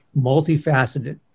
multifaceted